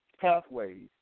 pathways